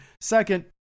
Second